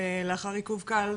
לאחר עיכוב קל,